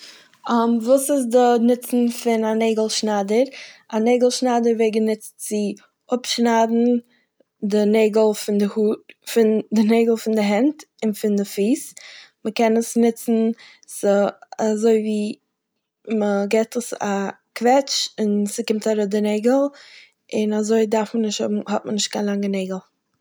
וואס איז די נוצן פון א נעגל שניידער? א נעגל שניידער ווערט גענוצט צו אפשניידן די נעגל פון די האר- פון די נעגל פון די הענט און פון די פיס. מ'קען עס נוצן- ס'אזויווי מ'געט עס א קוועטש, און ס'קומט אראפ די נעגל, און אזוי דארף מען נישט האבן- האט מען נישט קיין לאנגע נעגל.